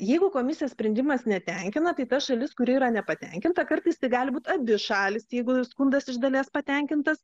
jeigu komisijos sprendimas netenkina tai ta šalis kuri yra nepatenkinta kartais tai gali būt abi šalys jeigu skundas iš dalies patenkintas